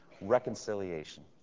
reconciliation